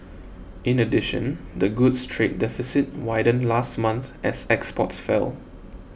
in addition the goods trade deficit widened last month as exports fell